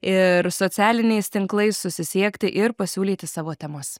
ir socialiniais tinklais susisiekti ir pasiūlyti savo temas